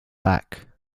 beck